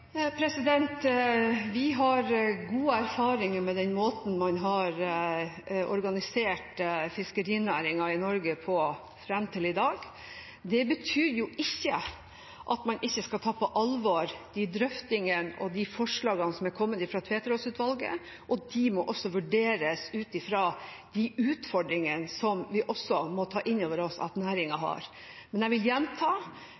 presidenten. Vi har gode erfaringer med den måten man har organisert fiskerinæringen på i Norge fram til i dag. Det betyr ikke at man ikke skal ta på alvor drøftingene og forslagene som er kommet fra Tveterås-utvalget, og de må også vurderes ut fra de utfordringene som vi også må ta inn over oss at næringen har. Men jeg vil gjenta: